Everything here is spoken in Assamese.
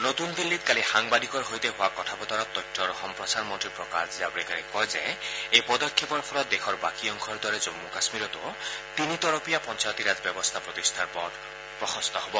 নতুন দিল্লীত কালি সাংবাদিকৰ সৈতে হোৱা কথা বতৰাত তথ্য আৰু সম্প্ৰচাৰ মন্ত্ৰী প্ৰকাশ জাৱডেকাৰে কয় যে এই পদক্ষেপৰ ফলত দেশৰ বাকী অংশৰ দৰে জম্মু কাশ্মীৰতো তিনি তৰপীয়া পঞায়তীৰাজ ব্যৱস্থা প্ৰতিষ্ঠাৰ পথ প্ৰশস্ত হ'ব